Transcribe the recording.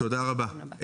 תודה רבה.